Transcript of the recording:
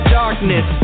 darkness